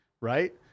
right